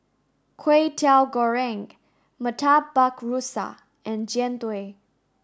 Kway Teow Goreng Murtabak Rusa and Jian Dui